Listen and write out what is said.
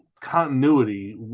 continuity